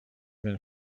been